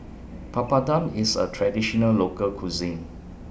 Papadum IS A Traditional Local Cuisine